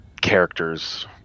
character's